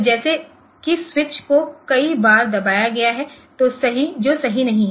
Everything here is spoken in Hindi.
तो जैसे कि स्विच को कई बार दबाया गया है जो सही नहीं है